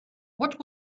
what